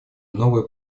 новые